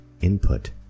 input